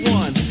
one